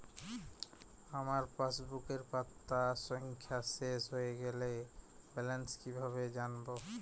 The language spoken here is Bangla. আমার পাসবুকের পাতা সংখ্যা শেষ হয়ে গেলে ব্যালেন্স কীভাবে জানব?